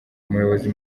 umuyobozi